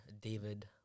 David